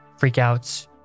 freakouts